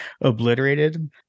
obliterated